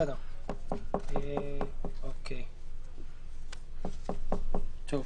"(1)הוא תושב